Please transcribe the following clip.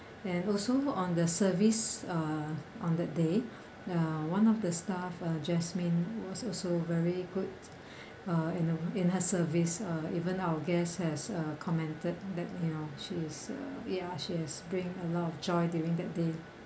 and also on the service uh on that day uh one of the staff uh jasmine was also very good uh in the in her service uh even our guest has uh commented that you know she's uh ya she has bring a lot of joy during that day